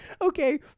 Okay